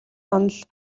онол